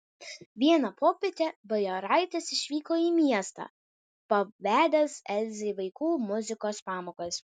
vieną popietę bajoraitis išvyko į miestą pavedęs elzei vaikų muzikos pamokas